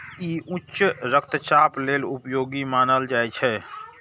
ई उच्च रक्तचाप लेल उपयोगी मानल जाइ छै